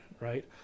right